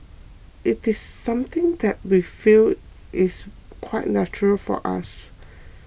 it's something that we feel is quite natural for us